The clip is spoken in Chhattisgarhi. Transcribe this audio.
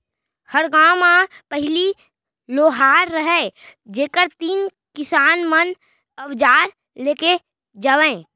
हर गॉंव म पहिली लोहार रहयँ जेकर तीन किसान मन अवजार लेके जावयँ